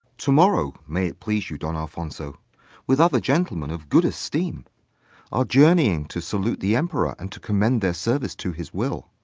to-morrow, may it please you, don alphonso with other gentlemen of good esteem are journeying to salute the emperor, and to commend their service to his will.